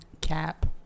Cap